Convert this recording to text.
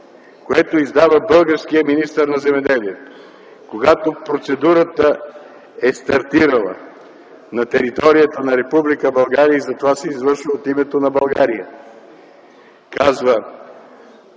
което издава българският министър на земеделието, когато процедурата е стартирала на територията на Република България и затова се извършва от името на България,